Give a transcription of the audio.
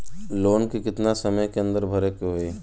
Loan के कितना समय के अंदर भरे के होई?